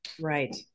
Right